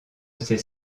ses